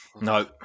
No